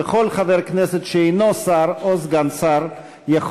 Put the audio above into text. וכל חבר כנסת שאינו שר או סגן שר יכול